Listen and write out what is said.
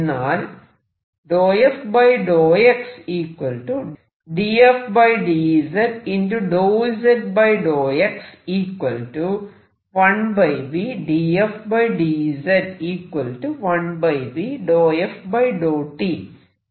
എന്നാൽ എന്നായി മാറുന്നു